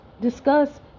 discuss